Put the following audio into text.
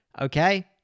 Okay